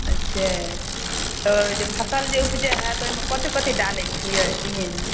अच्छा तऽ जे फसल जे ऊपजैत हए तऽ ओहिमे कथी कथी डालैत छियै